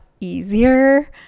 easier